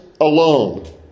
alone